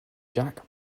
jack